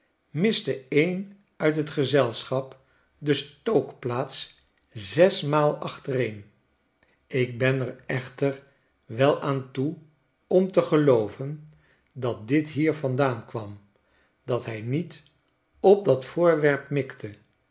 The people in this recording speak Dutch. miste een uit het gezelschap de stookplaats zesmaal achtereen ik ben er echter wel aan toe om te gelooven dat dit hier vandaan kwam dat hij niet op dat voorwerp mikte